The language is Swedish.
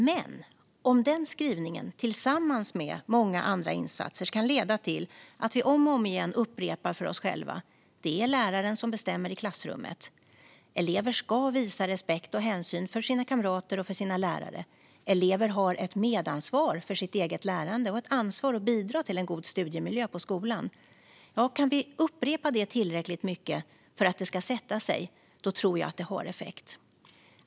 Men om den skrivningen tillsammans med många andra insatser kan leda till att vi om och om igen upprepar för oss själva så att det sätter sig att det är läraren som bestämmer i klassrummet, att elever ska visa respekt för och hänsyn till sina kamrater och sina lärare och att elever har ett medansvar för sitt eget lärande och ett ansvar att bidra till en god studiemiljö på skolan, då tror jag att det har effekt.